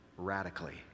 radically